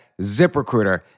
ZipRecruiter